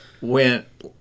went